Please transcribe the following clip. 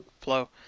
flow